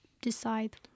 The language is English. decide